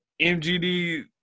mgd